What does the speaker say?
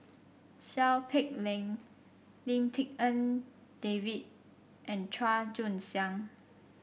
Seow Peck Leng Lim Tik En David and Chua Joon Siang